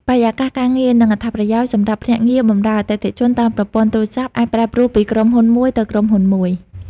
បរិយាកាសការងារ និងអត្ថប្រយោជន៍សម្រាប់ភ្នាក់ងារបម្រើអតិថិជនតាមប្រព័ន្ធទូរស័ព្ទ អាចប្រែប្រួលពីក្រុមហ៊ុនមួយទៅក្រុមហ៊ុនមួយ។